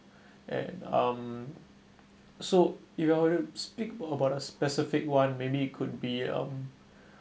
and um so if I were to speak more about a specific one maybe could be um